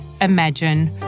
imagine